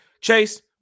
Chase